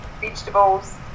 vegetables